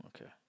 Okay